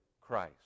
Christ